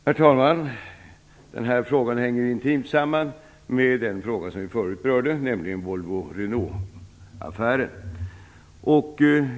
Herr talman! Den här frågan hänger intimt samman med den fråga vi förut berörde, nämligen Volvo Renault-affären.